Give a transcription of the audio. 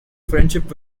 friendship